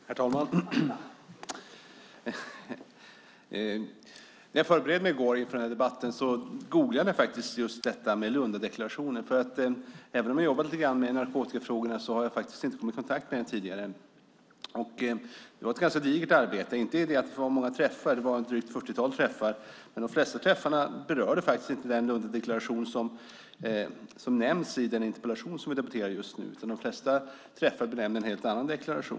Herr talman! När jag i går förberedde mig för den här debatten googlade jag den här "Lundadeklarationen". Även om jag jobbat lite grann med narkotikafrågor har jag nämligen inte kommit i kontakt med den tidigare. Det var ett ganska digert arbete - inte för att det var många träffar, det var ett drygt fyrtiotal, men för att de flesta träffarna inte rörde den Lundadeklaration som nämns i den interpellation vi just nu debatterar utan en helt annan deklaration.